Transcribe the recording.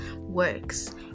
works